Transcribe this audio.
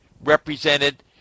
represented